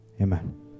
Amen